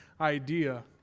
idea